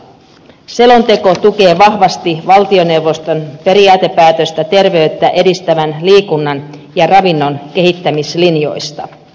selonteko tukee vahvasti valtioneuvoston periaatepäätöstä terveyttä edistävän liikunnan ja ravinnon kehittämislinjoista